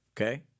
Okay